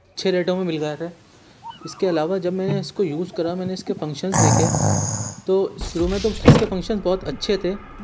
اچھے ریٹوں میں مل گیا تھا اس کے علاوہ جب میں نے اس کو یوز کرا میں نے اس کے فنکشنس دیکھے تو شروع میں تو اس کے فنکشن بہت اچھے تھے